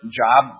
job